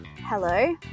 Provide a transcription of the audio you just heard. Hello